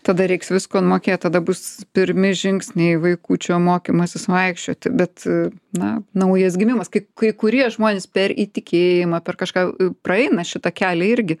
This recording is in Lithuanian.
tada reiks visko mokėt tada bus pirmi žingsniai vaikučio mokymasis vaikščioti bet na naujas gimimas kai kai kurie žmonės per įtikėjimą per kažką praeina šitą kelią irgi